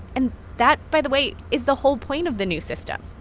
and that, by the way, is the whole point of the new system.